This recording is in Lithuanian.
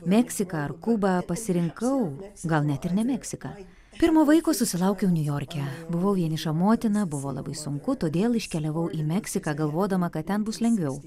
meksiką ar kubą pasirinkau gal net ir ne meksiką pirmo vaiko susilaukiau niujorke buvau vieniša motina buvo labai sunku todėl iškeliavau į meksiką galvodama kad ten bus lengviau